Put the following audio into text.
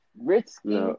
risky